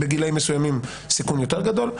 ובגילאים מסוימים סיכון יותר גדול.